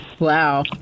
Wow